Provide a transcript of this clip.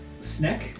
Snack